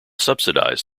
subsidized